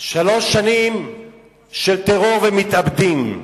שלוש שנים של טרור ומתאבדים.